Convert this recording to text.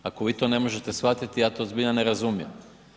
Ako vi to ne možete shvatiti, ja to zbilja ne razumijem.